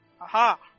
Aha